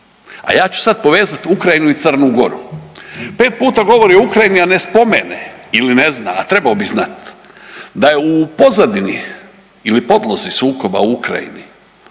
a ja ću sad povezati Ukrajinu i Crnu Goru. Pet puta govori o Ukrajini a ne spomene ili ne zna, a trebao bi znati da je u pozadini ili podlozi sukoba u Ukrajini